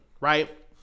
right